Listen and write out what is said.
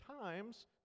times